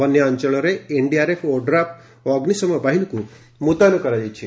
ବନ୍ୟା ଅଞ୍ଚଳରେ ଏନ୍ଡିଆରଏଫ୍ ଓ ଓଡ୍ରାଫ୍ ଓ ଅଗ୍ନିଶମ ବାହିନୀକୁ ମୁତୟନ କରାଯାଇଛି